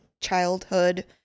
childhood